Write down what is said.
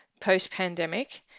post-pandemic